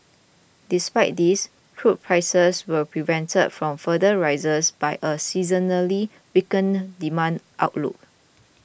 despite this crude prices were prevented from further rises by a seasonally weakening demand outlook